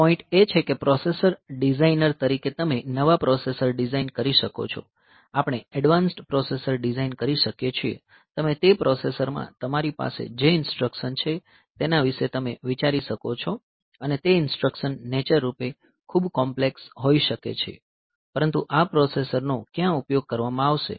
point એ છે કે પ્રોસેસર ડિઝાઇનર તરીકે તમે નવા પ્રોસેસર ડિઝાઇન કરી શકો છો આપણે એડ્વાન્સ પ્રોસેસર ડિઝાઇન કરી શકીએ છીએ તમે તે પ્રોસેસરમાં તમારી પાસે જે ઈન્સ્ટ્રકશન છે તેના વિશે તમે વિચારી શકો છો અને તે ઈન્સ્ટ્રકશન નેચર રૂપે ખૂબ કોમ્પ્લેક્સ હોઈ શકે છે પરંતુ આ પ્રોસેસરનો ક્યાં ઉપયોગ કરવામાં આવશે